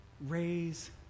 raise